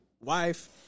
wife